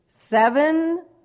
Seven